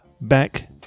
Back